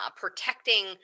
protecting